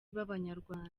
b’abanyarwanda